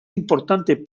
importante